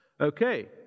Okay